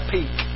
Peak